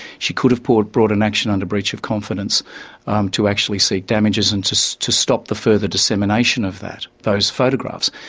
she could've brought an action under breach of confidence um to actually seek damages and to so to stop the further dissemination of that, those photographs.